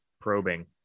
probing